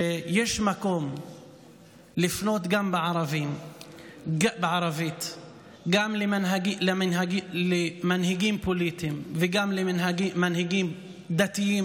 שיש מקום לפנות גם בערבית גם למנהיגים פוליטיים וגם למנהיגים דתיים